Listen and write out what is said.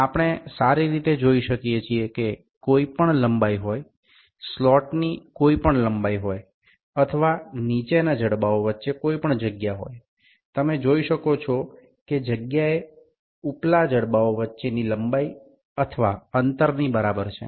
আমরা খুব ভালভাবে দেখতে পাচ্ছি যে দৈর্ঘ্য যাই হোক না কেন স্লট এর দৈর্ঘ্য যাই হোক না কেন বা নীচের বাহুগুলির মধ্যে ব্যবধান যাই হোক না কেন আপনি দেখতে পাচ্ছেন যে এই দৈর্ঘ্য বা দূরত্ব এবং উপরের বাহুর মধ্যবর্তী দৈর্ঘ্য বা দূরত্ব সমান